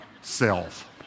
self